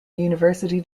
university